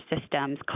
systems